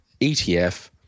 ETF